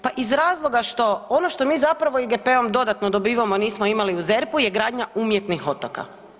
Pa iz razloga što, ono što mi zapravo IGP-om dodatno dobivamo nismo imali u ZERP-u je gradnja umjetnih otoka.